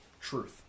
truth